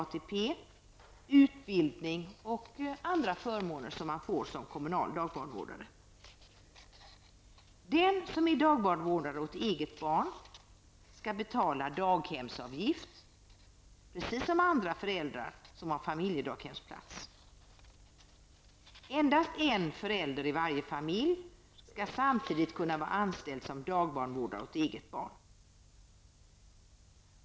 ATP, utbildning och andra förmåner som man får som kommunal dagbarnvårdare. Den som är dagbarnvårdare åt eget barn skall betala daghemsavgift precis som andra föräldrar som har familjedaghemsplats. Endast en förälder i varje familj skall samtidigt kunna vara anställd som dagbarnvårdare åt eget barn.